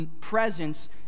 presence